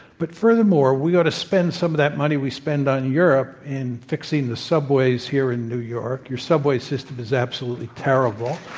but furthermore, we ought to spend some of that money we spend on europe in fixing the subways here in new york. your subway system is absolutely terrible.